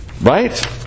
Right